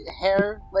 hair